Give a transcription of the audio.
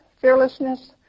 fearlessness